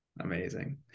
Amazing